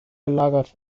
gelagert